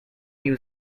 new